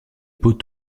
pau